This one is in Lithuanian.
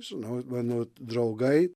žinau mano draugai